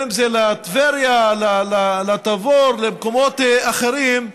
לטבריה, לתבור ולמקומות אחרים,